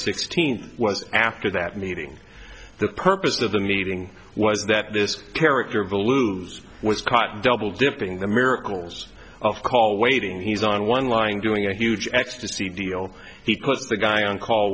sixteenth was after that meeting the purpose of the meeting was that this character of the lose was caught double dipping the miracles of call waiting he's on one line doing a huge ecstasy deal he puts the guy on call